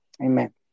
amen